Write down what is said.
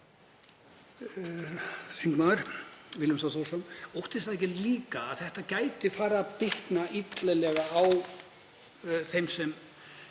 óttist það ekki líka, að þetta gæti farið að bitna illilega á þeim sem